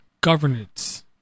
governance